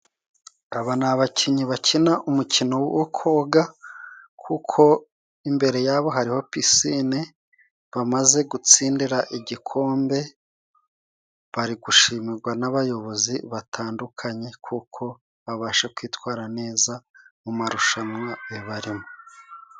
Aba ni abakinnyi bakina umukino wo koga kuko imbere yabo hariho pisine. Bamaze gutsindira igikombe, bari gushimigwa n'abayobozi batandukanye kuko babasha kwitwara neza mu marushanwa bibarimo.